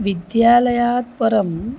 विद्यालयात् परं